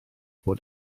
bod